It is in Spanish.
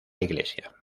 iglesia